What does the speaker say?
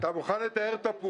איתן ברושי, רצית להתייחס.